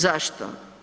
Zašto?